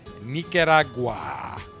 Nicaragua